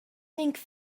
think